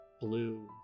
blue